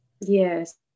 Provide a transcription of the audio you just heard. yes